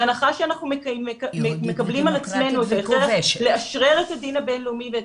בהנחה שאנחנו מקבלים על עצמנו לאשרר את הדין הבין-לאומי ואת